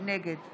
נגד